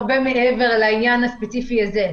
הרבה מעבר לעניין הספציפי הזה.